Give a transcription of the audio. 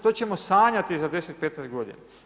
To ćemo sanjati za 10-15 godina.